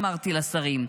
אמרתי לשרים,